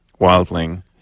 wildling